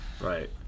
Right